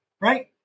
right